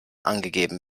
angegeben